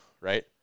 right